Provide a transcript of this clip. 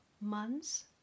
months